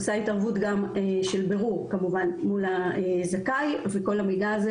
עושה התערבות גם של בירור כמובן מול הזכאי וכל המידע הזה